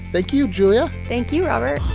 thank you, julia thank you, robert